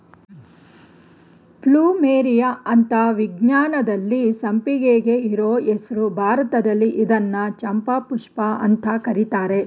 plumeria ಅಂತ ವಿಜ್ಞಾನದಲ್ಲಿ ಸಂಪಿಗೆಗೆ ಇರೋ ಹೆಸ್ರು ಭಾರತದಲ್ಲಿ ಇದ್ನ ಚಂಪಾಪುಷ್ಪ ಅಂತ ಕರೀತರೆ